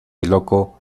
loco